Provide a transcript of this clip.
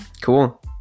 cool